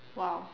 !wow!